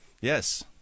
Yes